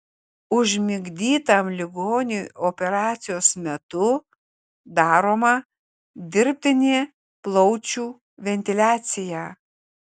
užmigdytam ligoniui operacijos metu daroma dirbtinė plaučių ventiliacija